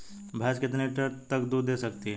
भैंस कितने लीटर तक दूध दे सकती है?